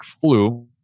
flu